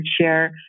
share